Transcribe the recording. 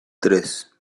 tres